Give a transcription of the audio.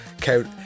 count